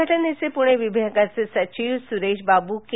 संघटनेचे पुणे विभागाचे सचिव सुरेशबाबू के